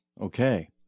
Okay